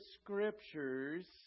scriptures